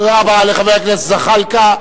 תודה רבה לחבר הכנסת זחאלקה.